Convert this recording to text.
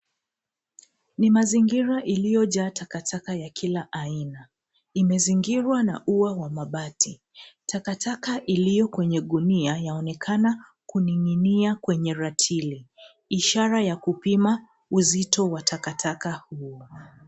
Ni mazingira iliyojaa takataka ya kila aina. Imezingirwa na ua wa mabati. Takataka iliyo kwenye gunia, yaonekana kuning'inia kwenye ratili, ishara ya kupima uzito wa takataka huo.